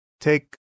Take